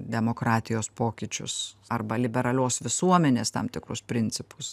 demokratijos pokyčius arba liberalios visuomenės tam tikrus principus